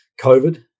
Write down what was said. COVID